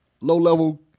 low-level